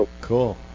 Cool